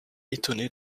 étonné